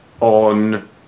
On